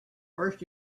first